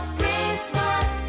Christmas